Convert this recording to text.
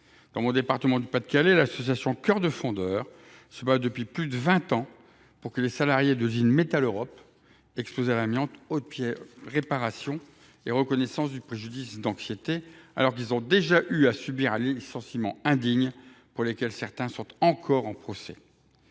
Dans mon département, le Pas de Calais, l’association Chœurs de Fondeurs se bat depuis plus de vingt ans pour que les salariés de l’usine Metaleurop exposés à l’amiante obtiennent réparation et reconnaissance du préjudice d’anxiété alors qu’ils ont déjà eu à subir un licenciement indigne, pour lequel certains sont encore en procès.